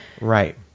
Right